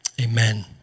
Amen